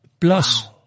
plus